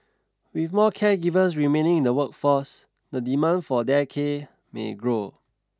with more caregivers remaining in the workforce the demand for dare care may grow